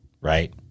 right